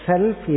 Self